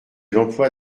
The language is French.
l’emploi